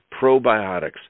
probiotics